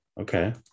Okay